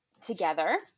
together